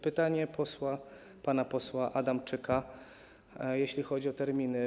Pytanie pana posła Adamczyka, jeśli chodzi o terminy.